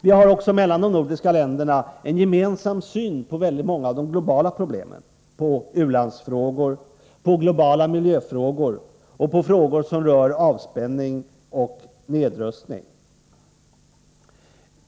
Vi har också i de nordiska länderna en gemensam syn på många av de globala problemen: på u-landsfrågor, på globala miljöfrågor och på frågor som rör avspänning och nedrustning.